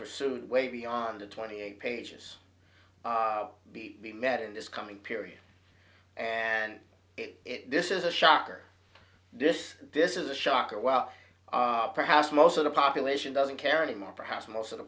pursued way beyond the twenty eight pages of be we met in this coming period and it this is a shocker this this is a shocker well perhaps most of the population doesn't care anymore perhaps most of the